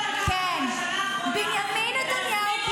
בנימין נתניהו?